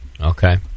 Okay